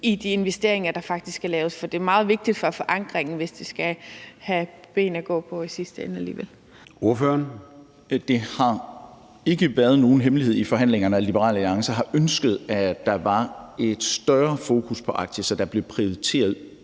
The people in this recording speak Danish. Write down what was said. de investeringer, der faktisk skal laves? For det er meget vigtigt for forankringen, hvis det skal have ben at gå på i sidste ende. Kl. 10:32 Formanden (Søren Gade): Ordføreren. Kl. 10:32 Carsten Bach (LA): Det har ikke været nogen hemmelighed forhandlingerne, at Liberal Alliance har ønsket, at der var et større fokus på Arktis, og at der blev prioriteret